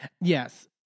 Yes